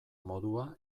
modua